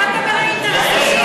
אבל אתה מדבר מאינטרס אישי,